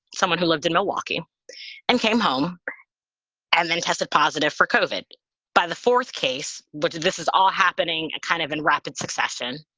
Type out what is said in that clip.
someone who lived in milwaukee and came home and then tested positive for kind of it by the fourth case. but this is all happening kind of in rapid succession.